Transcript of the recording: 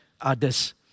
others